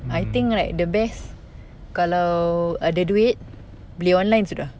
I think right the best kalau ada duit beli online sudah